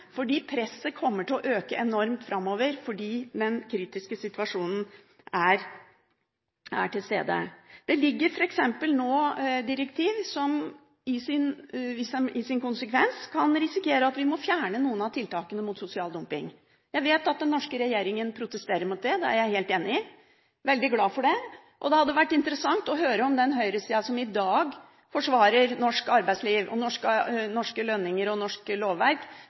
fordi presset kommer til å øke enormt framover på grunn av den kritiske situasjonen. Det foreligger f.eks. direktiver som risikerer å ha som konsekvens at vi må fjerne noen av tiltakene mot sosial dumping. Jeg vet at den norske regjeringen protesterer mot det – det er jeg helt enig i og veldig glad for – og det hadde vært interessant å høre om den høyresiden som i dag forsvarer norsk arbeidsliv, norske lønninger og norsk lovverk,